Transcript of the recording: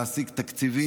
כדי להשיג תקציבים,